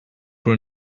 for